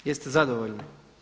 Jeste zadovoljni?